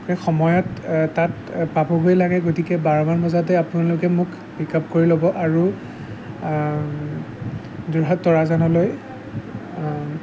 সময়ত তাত পাবগৈ লাগে গতিকে বাৰমান বজাতে আপোনালোকে মোক পিক আপ কৰি ল'ব আৰু যোৰহাট তৰাজানলৈ